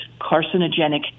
carcinogenic